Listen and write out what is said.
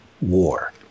war